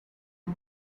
new